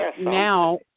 now